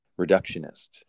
reductionist